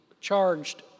charged